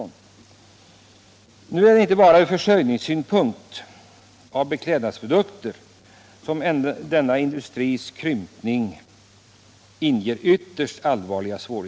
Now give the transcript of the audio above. Nu är det inte bara med hänsyn till försörjningen ur beklädnadssyn punkt som denna industris krympning inger ytterst allvarliga farhågor.